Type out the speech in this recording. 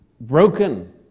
broken